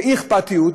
של אי-אכפתיות,